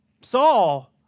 Saul